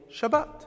Shabbat